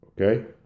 Okay